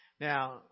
Now